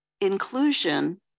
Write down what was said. inclusion